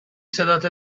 صداتو